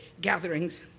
gatherings